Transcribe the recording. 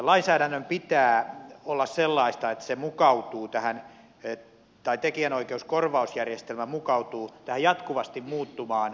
lainsäädännön pitää olla sellaista että tekijänoikeuskorvausjärjestelmä mukautuu jatkuvasti muuttuvaan jakelukanavaverkostoon